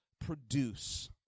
produce